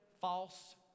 false